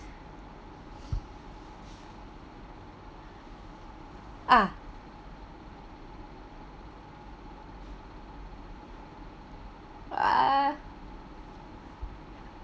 uh uh